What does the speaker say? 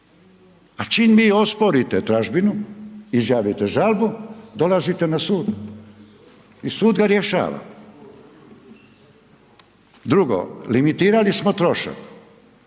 a čim vi osporite tražbinu, izjavite žalbu, dolazite na sud i sud ga rješava. Drugo, limitirali smo trošak.